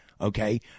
okay